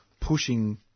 pushing